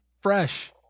fresh